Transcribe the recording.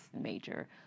major